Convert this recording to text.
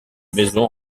maison